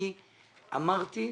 אני אמרתי,